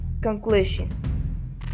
Conclusion